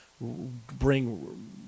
bring